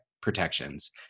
protections